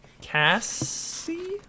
cassie